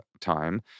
time